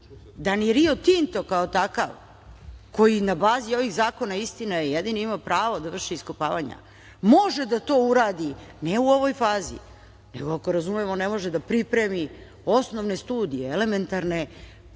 da ni Rio Tinto, kao takav, koji na bazi ovih zakona, istina je, jedini ima pravo da vrši iskopavanja, može da to uradi ne u ovoj fazi, nego ako razumemo, on ne može da pripremi osnovne studije, elementarne papire